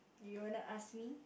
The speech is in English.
you wanna ask me